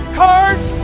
cards